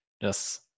Yes